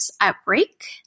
outbreak